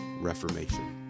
reformation